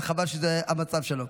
וחבל שזה המצב שלו.